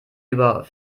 über